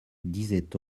disait